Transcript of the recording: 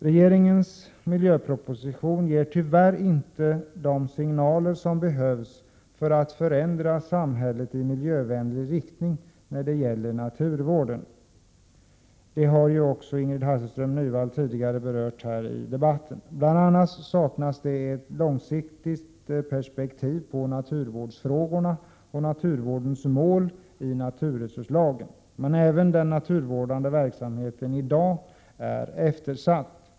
Regeringens miljöproposition ger tyvärr inte de signaler som behövs för att förändra samhället i miljövänlig riktning när det gäller naturvården. Det har också Ingrid Hasselström Nyvall tidigare berört i debatten. Bl. a. saknas ett långsiktigt perspektiv på naturvårdsfrågorna och naturvårdens mål i naturresurslagen. Men även den naturvårdande verksamheten i dag är eftersatt.